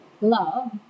love